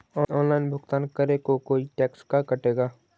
Online भुगतान करे को कोई टैक्स का कटेगा?